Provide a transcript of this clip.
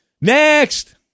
Next